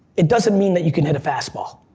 it doesn't mean that you can hit a fastball.